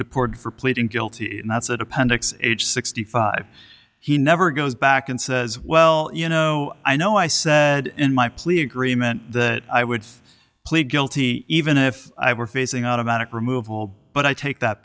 deported for pleading guilty and that's at appendix age sixty five he never goes back and says well you know i know i said in my plea agreement that i would plead guilty even if i were facing automatic removal but i take that